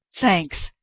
thanks!